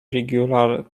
regular